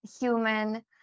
human